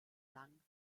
lang